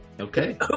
Okay